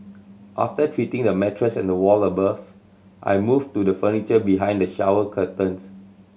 after treating the mattress and the wall above I moved to the furniture behind the shower curtains